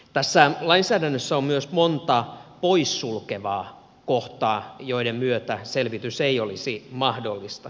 tässä lainsäädännössä on myös monta poissulkevaa kohtaa joiden myötä selvitys ei olisi mahdollista